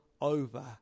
over